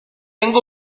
young